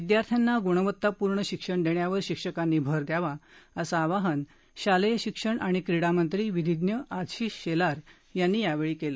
विद्यार्थ्यांना गुणवत्तापूर्ण शिक्षण देण्यावर शिक्षकांनी भर द्यावा असं आवाहन शालेय शिक्षण आणि क्रीडा मंत्री विधिज्ज्ञ आशिष शेलार यांनी यावेळी केलं